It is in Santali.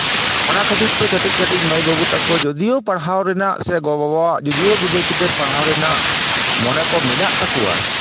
ᱚᱱᱟ ᱠᱷᱟᱹᱛᱤᱨ ᱛᱮ ᱠᱟᱹᱴᱤᱡ ᱠᱟᱹᱴᱤᱡ ᱢᱟᱹᱭ ᱵᱟᱹᱵᱩ ᱛᱟᱠᱚ ᱡᱳᱫᱤᱭᱳᱣ ᱯᱟᱲᱦᱟᱣ ᱨᱮᱱᱟᱜ ᱥᱮ ᱜᱚᱼᱵᱟᱵᱟᱣᱟᱜ ᱡᱳᱫᱤᱭᱳ ᱜᱤᱫᱟᱹᱨᱼᱯᱤᱫᱟᱹᱨ ᱯᱟᱲᱦᱟᱣ ᱨᱮᱱᱟᱜ ᱢᱚᱱᱮ ᱢᱮᱱᱟᱜ ᱛᱟᱠᱚᱣᱟ